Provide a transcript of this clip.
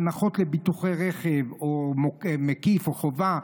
הנחות לביטוח רכב מקיף או חובה.